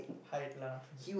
hide lah